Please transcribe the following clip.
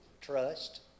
trust